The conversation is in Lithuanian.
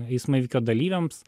eismo įvykio dalyviams